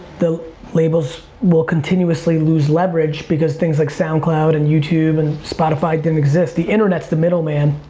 the labels will continuously lose leverage because things like soundcloud and youtube and spotify didn't exist. the internet's the middleman.